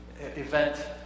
event